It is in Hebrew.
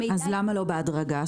אז למה לא בהדרגה?